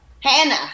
Hannah